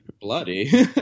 bloody